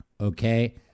okay